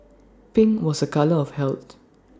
pink was A colour of health